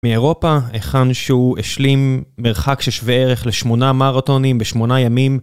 מאירופה, היכן שהוא השלים מרחק ששווה ערך לשמונה מרתונים בשמונה ימים.